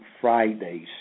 Fridays